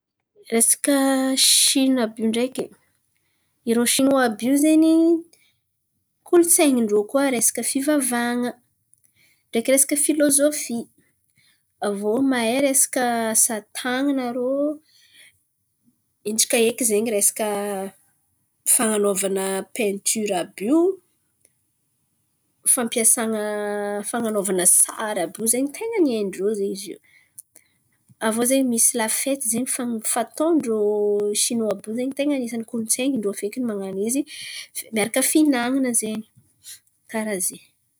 Resaka Sìny àby io ndreky, irô sinoa àby io zen̈y, kolontsain̈in-drô koa zen̈y resaka fivavahan̈a ndreky resaka filôzôfy. Aviô mahay resaka asa tan̈ana rô. Intsaka eky zen̈y resaka fan̈anaovana paintira àby io. Fampiasan̈a fan̈anaovana sary àby io zen̈y ten̈a ny hain-drô zen̈y zio. Aviô zen̈y misy lafety zen̈y fan̈- fataon-drô sinoa àby io zen̈y ten̈a ny an̈isany kolontsain̈in-drô fekiny man̈ano izy miaraka finan̈ana zen̈y. Karà zen̈y.